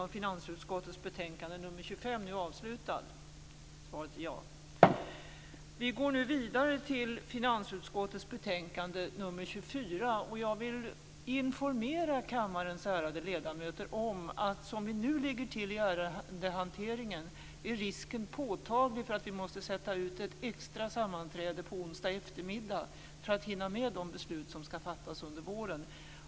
Vi går nu vidare till finansutskottets betänkande nr 24. Jag vill informera kammarens ärade ledamöter om att som vi nu ligger till i ärendehanteringen är risken påtaglig för att vi måste sätta ut ett extra sammanträde på onsdag eftermiddag för att hinna med de beslut som skall fattas under våren.